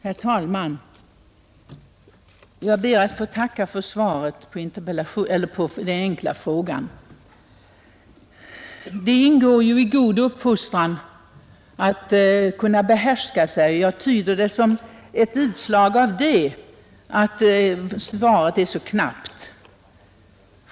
Herr talman! Jag ber att få tacka för svaret på den enkla frågan. Det ingår ju i god uppfostran att kunna behärska sig, och jag tyder det som ett utslag härav när svaret är så knapphändigt.